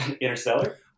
Interstellar